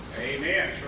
Amen